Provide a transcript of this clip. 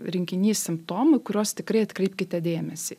rinkinys simptomų į kuriuos tikrai atkreipkite dėmesį